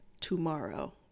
tomorrow